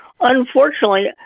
Unfortunately